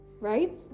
right